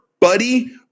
buddy